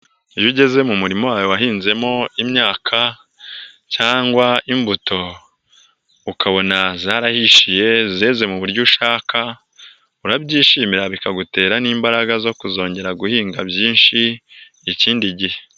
Iyo ugeze mu murima wawe wahinzemo imyaka cyangwa imbuto ukabona zarahishije, zeze mu buryo ushaka, urabyishimira bikagutera n'imbaraga zo kuzongera guhinga byinshi, ikindi gihe.